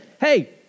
hey